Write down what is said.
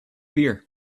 beer